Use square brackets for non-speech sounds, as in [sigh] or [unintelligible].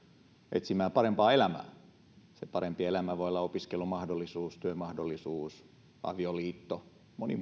etsimään parempaa elämää se parempi elämä voi olla opiskelumahdollisuus työmahdollisuus avioliitto moni [unintelligible]